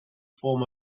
form